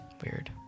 weird